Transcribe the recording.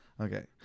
Okay